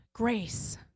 grace